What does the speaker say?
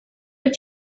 but